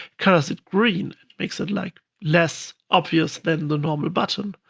colors it green. it makes it like less obvious than the normal button.